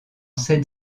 seine